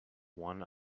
one